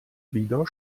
wieder